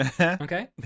Okay